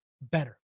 better